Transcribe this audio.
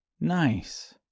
nice